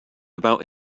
about